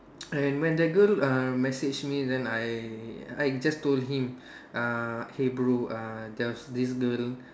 and when that girl uh message me then I I just told him uh hey bro uh there was this girl